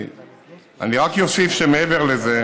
אני רק אוסיף שמעבר לזה,